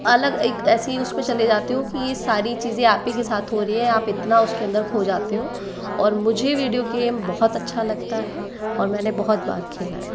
अलग एक ऐसी उस पर चले जाते हो कि सारी चीज़ें आप ही के साथ हो रही है आप इतना उसके अन्दर खो जाते हो और मुझे वीडियो गेम बहुत अच्छा लगता है और मैंने बहुत बार खेला है